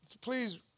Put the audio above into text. please